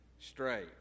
straight